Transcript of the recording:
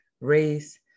race